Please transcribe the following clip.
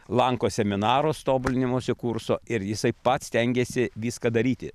lanko seminarus tobulinimosi kurso ir jisai pats stengiasi viską daryti